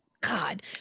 God